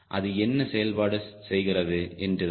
அது என்ன செயல்பாடு செய்கிறது என்று தான்